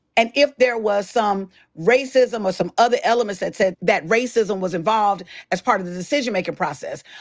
and if there was some racism or some other elements that said that racism was involved as part of the decision-making process.